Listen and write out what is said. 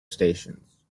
stations